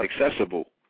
accessible